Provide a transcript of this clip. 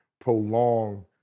prolong